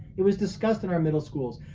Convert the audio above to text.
it was discussed in our middle schools,